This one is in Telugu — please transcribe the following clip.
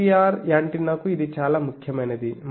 GPR యాంటెన్నాకు ఇది చాలా ముఖ్యమైనది